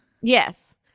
Yes